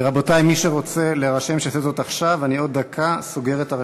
רבותי, מי שרוצה להירשם, שיעשה זאת עכשיו.